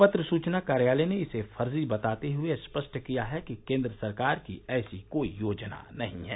पत्र सूचना कार्यालय ने इसे फर्जी बताते हुए स्पष्ट किया है कि केन्द्र सरकार की ऐसी कोई योजना नहीं है